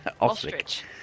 Ostrich